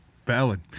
valid